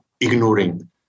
ignoring